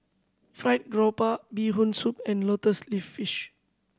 Fried Garoupa Bee Hoon Soup and lotus leaf fish